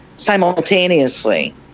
simultaneously